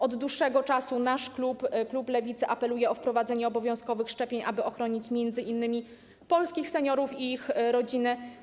Od dłuższego czasu nasz klub, klub Lewicy, apelował o wprowadzenie obowiązkowych szczepień, aby ochronić m.in. polskich seniorów i ich rodziny.